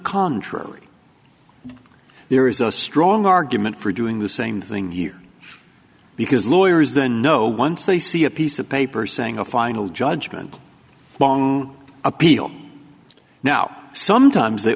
contrary there is a strong argument for doing the same thing here because lawyers then know once they see a piece of paper saying a final judgment appeal now sometimes they